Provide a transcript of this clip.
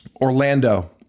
Orlando